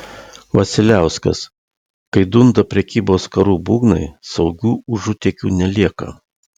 vasiliauskas kai dunda prekybos karų būgnai saugių užutėkių nelieka